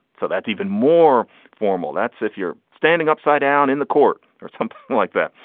so that's even more formal. that's if you're standing upside down in the court or something like that.